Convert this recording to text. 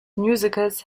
musicals